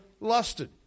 lusted